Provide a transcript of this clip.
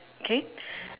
okay